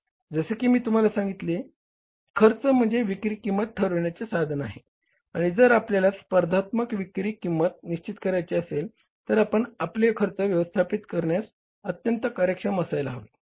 तर जसे की मी तुम्हाला सांगितले आहे खर्च म्हणजे विक्री किंमत ठरविण्याचे साधन आहे आणि जर आपल्याला स्पर्धात्मक विक्री किंमत निश्चित करायची असेल तर आपण आपले खर्च व्यवस्थापित करण्यास अत्यंत कार्यक्षम असायला हवे